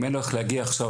אם אין לו איך להגיע עכשיו